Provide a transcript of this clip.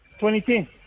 2010